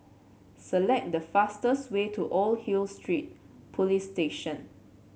select the fastest way to Old Hill Street Police Station